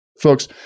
Folks